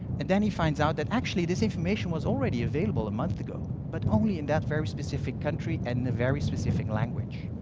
and then he finds out that, actually, this information was already available a month ago but only in that very specific country and the very specific language.